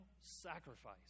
sacrifice